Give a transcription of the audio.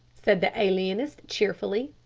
said the alienist cheerfully.